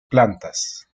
plantas